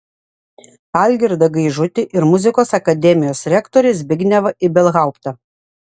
algirdą gaižutį ir muzikos akademijos rektorių zbignevą ibelhauptą